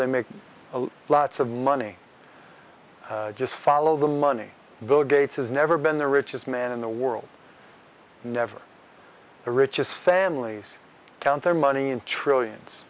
make lots of money just follow the money bill gates has never been the richest man in the world never the richest families count their money and trillions